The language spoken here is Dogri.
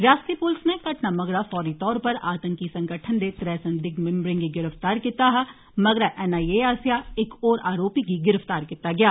रिआसती पुलस नै घटना मगरा फौरी तौर उप्पर आतंकी संगठन दे त्रै संदिग्ध मिंबरें गी गिरफ्तार करी लैता हा ते मगरा एनआईए आस्सेआ इक होर आरोपी गी गिरफ्तार कीता गेआ